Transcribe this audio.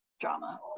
drama